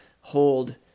hold